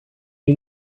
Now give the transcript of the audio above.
are